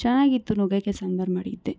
ಚೆನ್ನಾಗಿತ್ತು ನುಗ್ಗೆಕಾಯಿ ಸಾಂಬರು ಮಾಡಿದ್ದೆ